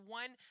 one –